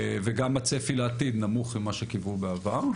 וגם הצפי לעתיד נמוך ממה שקיוו בעבר,